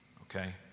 Okay